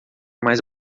mais